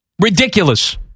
Ridiculous